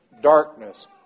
darkness